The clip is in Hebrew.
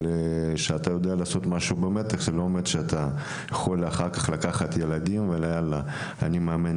אבל זה שאתה יודע לעשות מתח לא אומר שאתה יכול לקחת ילדים ולאמן אותם.